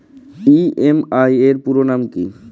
EMI এর পুরোনাম কী?